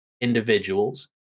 individuals